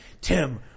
Tim